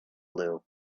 blue